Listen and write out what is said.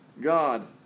God